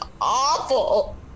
awful